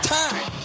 time